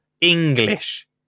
English